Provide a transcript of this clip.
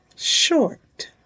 Short